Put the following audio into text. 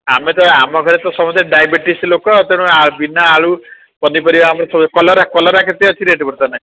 ଆମେ ତ ଆମ ଘରେ ସମସ୍ତେ ଡାଇବେଟିସ୍ ଲୋକ ତେଣୁ ବିନା ଆଳୁ ପନିପରିବା ଆମର ସବୁ କଲରା କଲରା କେତେ ଅଛି ରେଟ୍ ବର୍ତ୍ତମାନ